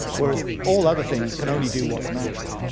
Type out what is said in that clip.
whereas all other things can only do what's natural.